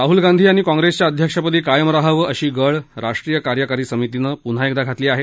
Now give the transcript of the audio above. राहुल गांधी यांनी काँप्रेसच्या अध्यक्षपदी कायम रहावं अशी गळ राष्ट्रीय कार्यकारी समितीनं पुन्हा एकदा घातली आहे